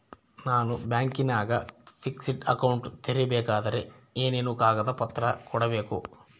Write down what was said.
ನಾನು ಬ್ಯಾಂಕಿನಾಗ fixed account ತೆರಿಬೇಕಾದರೆ ಏನೇನು ಕಾಗದ ಪತ್ರ ಕೊಡ್ಬೇಕು?